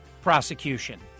prosecution